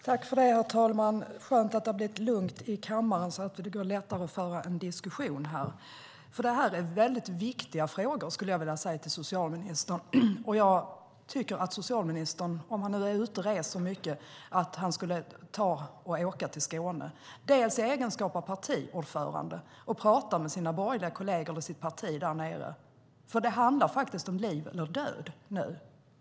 Herr talman! Skönt att det har blivit lugnt i kammaren så att det går lättare att föra en diskussion här, för det här är väldigt viktiga frågor, skulle jag vilja säga till socialministern. Jag tycker att socialministern, om han nu är ute och reser mycket, skulle åka till Skåne, dels i egenskap av partiordförande för att prata med sina borgerliga kolleger och sitt parti där nere. Det handlar faktiskt om liv och död nu.